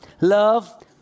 Love